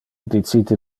dicite